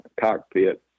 cockpit